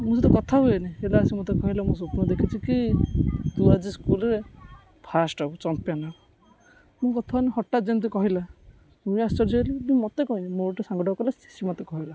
ମୋ ସହିତ କଥା ହୁଏନି ସେ ମୋତେ କହିଲା ମୁଁ ସ୍ୱପ୍ନ ଦେଖିଛି କିି ତୁ ଆଜି ସ୍କୁଲରେ ଫାଷ୍ଟ ହେବୁ ଚମ୍ପିଅନ ହେବ ମୁଁ କଥା ହେଉନି ହଠାତ ଯେମିତି କହିଲା ମୁଁ ଆଶ୍ଚର୍ଯ୍ୟ ହେଲି ମୋତେ କହିନି ମୋର ଗୋଟେ ସାଙ୍ଗଟାକୁ କହିଲା ସେ ମୋତେ କହିଲା